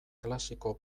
klasiko